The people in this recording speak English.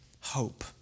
hope